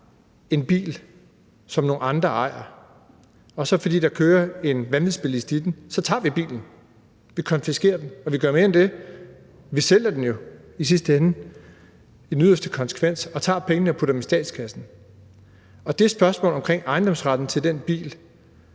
en bil, som nogle andre ejer. Fordi der kører en vanvidsbilist i den, tager vi bilen. Vi konfiskerer den, og vi gør mere end det. Vi sælger den jo i sidste ende som den yderste konsekvens og tager pengene og putter dem i statskassen. Spørgsmålet om ejendomsretten til den bil